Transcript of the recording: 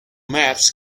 maps